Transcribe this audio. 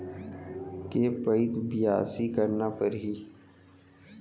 के पइत बियासी करना परहि?